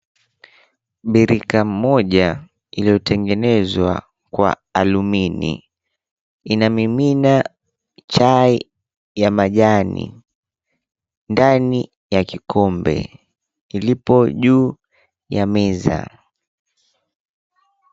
Birika moja iliyotengenezwa kwa alumini inamimina chai ya majani ndani ya kikombe ilipo juu ya meza.